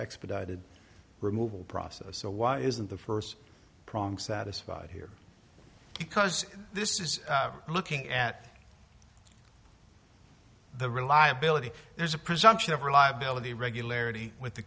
expedited removal process so why isn't the first prong satisfied here because this is looking at the reliability there's a presumption of reliability regularity with the